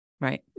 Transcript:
Right